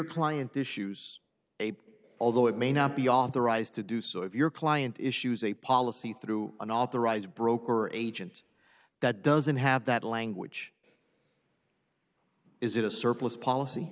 client issues although it may not be authorised to do so if your client issues a policy through an authorized broker or agent that doesn't have that language is it a surplus policy